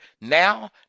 Now